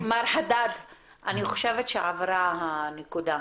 עברה הנקודה.